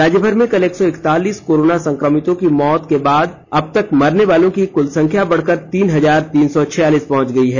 राज्यभर में कल एक सौ इकतालीस कोरोना संक्रमितों की मौत के बाद अबतक मरने वालों की क्ल संख्या बढ़कर तीन हजार तीन सौ छियालीस पहंच गयी है